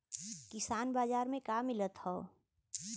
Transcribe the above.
किसान बाजार मे का मिलत हव?